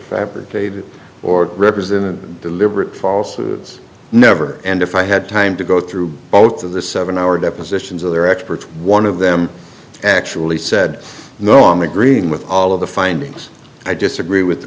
fabricated or represented deliberate false ludes never end if i had time to go through both of the seven hour depositions of their experts one of them actually said no i'm agreeing with all of the findings i disagree with the